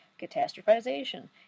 catastrophization